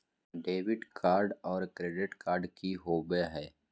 Debit card और credit card की होवे हय?